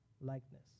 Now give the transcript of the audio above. likeness